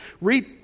Read